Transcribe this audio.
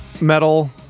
metal